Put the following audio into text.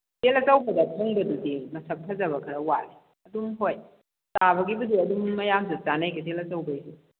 ꯀꯩꯊꯦꯜ ꯑꯆꯧꯕꯗ ꯐꯪꯕꯗꯨꯗꯤ ꯃꯁꯛ ꯐꯖꯕ ꯈꯔꯥ ꯋꯥꯠꯂꯦ ꯑꯗꯨꯝ ꯍꯣꯏ ꯆꯥꯕꯒꯤꯕꯨꯗꯤ ꯑꯗꯨꯝ ꯃꯌꯥꯝꯁꯨ ꯆꯥꯅꯩ ꯀꯩꯊꯦꯜ ꯑꯆꯧꯕꯩꯁꯨ